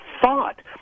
thought